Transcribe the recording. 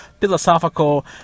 philosophical